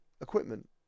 equipment